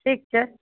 ठीक छै